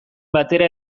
batera